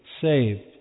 saved